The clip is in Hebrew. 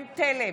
למה?